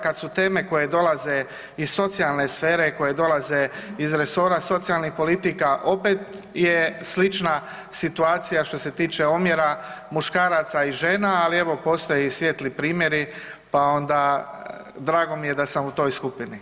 Kada su teme koje dolaze iz socijalne sfere, koje dolaze iz resora socijalnih politika opet je slična situacija što se tiče omjera muškaraca i žena, ali evo postoje i svijetli primjeri, pa onda drago mi je da sam u toj skupini.